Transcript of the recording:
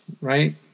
right